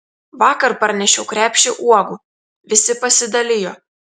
vakar parnešiau krepšį uogų visi pasidalijo